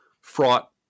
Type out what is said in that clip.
fraught